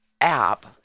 app